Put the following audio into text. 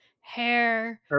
hair